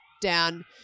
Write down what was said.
down